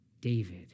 David